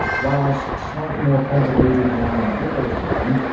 whilst slightly more complicated than hitler is to blame,